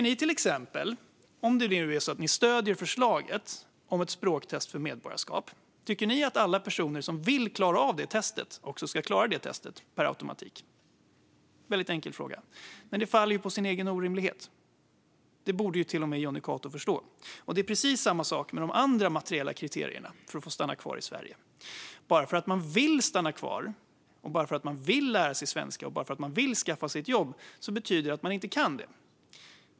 Om Centerpartiet nu stöder förslaget om ett språktest för medborgarskap, tycker ni då att alla personer som vill klara detta test per automatik också ska klara det? Det är enkel fråga. Detta faller på sin egen orimlighet, vilket till och med Jonny Cato borde förstå. Det är precis samma sak med de andra materiella kriterierna för att få stanna kvar i Sverige. Bara för att man vill stanna kvar, vill lära sig svenska och vill skaffa sig ett jobb betyder det inte att man kan det.